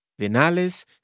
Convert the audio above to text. vinales